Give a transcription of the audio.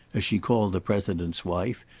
as she called the president's wife,